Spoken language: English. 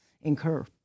incur